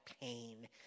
pain